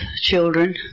children